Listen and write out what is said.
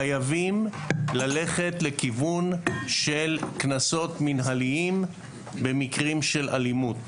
חייבים ללכת לכיוון של קנסות מנהליים במקרים של אלימות.